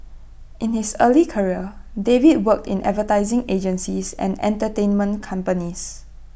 in his early career David worked in advertising agencies and entertainment companies